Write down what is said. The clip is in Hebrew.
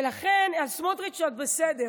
ולכן, על סמוטריץ' עוד בסדר.